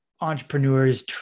entrepreneurs